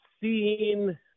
seen